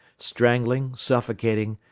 strangling, suffocating,